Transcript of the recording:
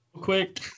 quick